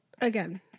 again